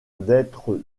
d’être